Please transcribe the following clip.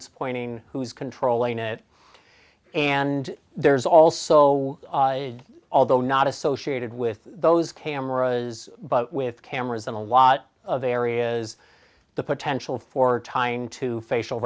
it's pointing who's controlling it and there's also although not associated with those cameras but with cameras in a lot of areas the potential for tying to facial